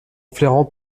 flairant